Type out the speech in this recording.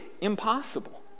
impossible